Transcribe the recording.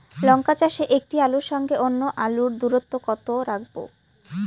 লঙ্কা চাষে একটি আলুর সঙ্গে অন্য আলুর দূরত্ব কত রাখবো?